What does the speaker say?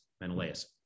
Menelaus